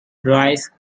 dries